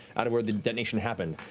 out of where the detonation happened.